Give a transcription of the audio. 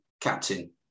Captain